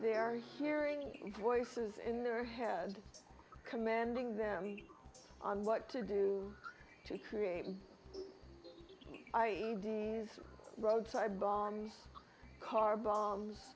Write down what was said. they are hearing voices in their head commanding them on what to do to create an i e d roadside bombs car bombs